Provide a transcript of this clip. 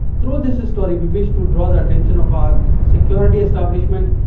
through this story we wish to draw the attention of our security establishment,